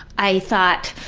i thought,